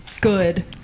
good